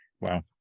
wow